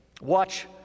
Watch